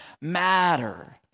matter